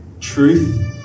Truth